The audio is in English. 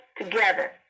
together